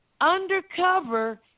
undercover